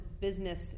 business